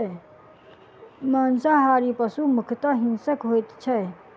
मांसाहारी पशु मुख्यतः हिंसक होइत छै